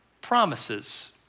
promises